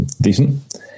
Decent